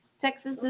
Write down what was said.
Texas